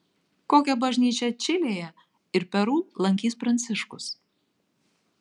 kokią bažnyčią čilėje ir peru lankys pranciškus